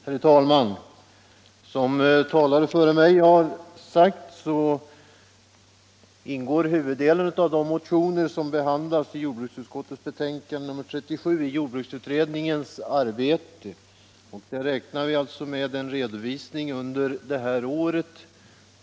Herr talman! Som talare före mig har sagt ingår huvuddelen av de motioner som behandlas i jordbruksutskottets betänkande nr 37 i jordbruksutredningens arbete, och där räknar vi med en redovisning under det här året.